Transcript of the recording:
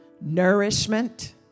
nourishment